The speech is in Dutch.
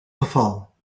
geval